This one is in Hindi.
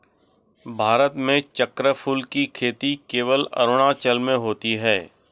भारत में चक्रफूल की खेती केवल अरुणाचल में होती है